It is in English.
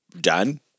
Done